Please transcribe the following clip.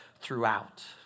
throughout